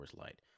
Light